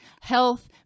health